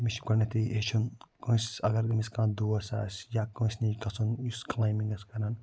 تٔمِس چھِ گۄڈٕنٮ۪تھٕے ہیٚچھُن کٲنٛسہِ اگر تٔمِس کانٛہہ دوس آسہِ یا کٲنٛسہِ نِش گَژھُن یُس کٕلایمبِنٛگ آسہِ کَران